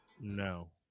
No